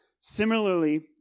Similarly